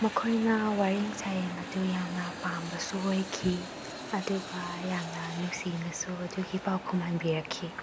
ꯃꯈꯣꯏꯅ ꯋꯥꯔꯦꯡ ꯁꯩꯔꯦꯡ ꯑꯗꯨ ꯌꯥꯝꯅ ꯄꯥꯝꯕꯁꯨ ꯑꯣꯏꯈꯤ ꯑꯗꯨꯒ ꯌꯥꯝꯅ ꯅꯨꯡꯁꯤꯅꯁꯨ ꯑꯗꯨꯒꯤ ꯄꯥꯎꯈꯨꯝ ꯍꯟꯕꯤꯔꯛꯈꯤ